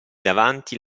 davanti